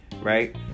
right